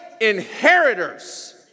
inheritors